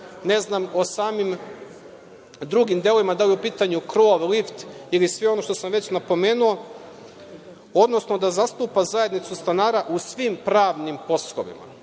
olucima, o samim drugim delovima, bilo da li je u pitanju krov, lift ili sve ono što sam već napomenuo, odnosno da zastupa zajednicu stanara u svim pravnim poslovima. Sada